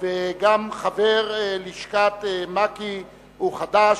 וגם חבר לשכת מק"י, היא חד"ש.